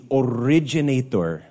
originator